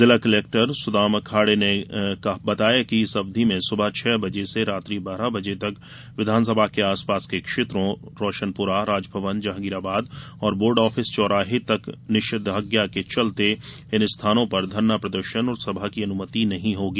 जिला कलेक्टर सुदामा खांडे ने बताया कि इस अवधि में सुबह छह बजे से रात्रि बारह बजे तक विधानसभा के आसपास के क्षेत्रो रोशनपुरा राजभवन जहांगीराबाद और बोर्ड आफिस चौराहे तक निषेधाज्ञा के चलते इन स्थानों पर धरना प्रदर्शन और सभा की अनुमति नही होगी